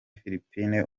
philippines